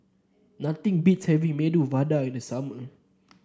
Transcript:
nothing beats having Medu Vada in the summer